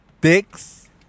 Dick's